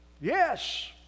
Yes